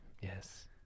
Yes